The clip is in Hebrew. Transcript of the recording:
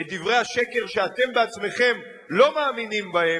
את דברי השקר שאתם בעצמכם לא מאמינים בהם,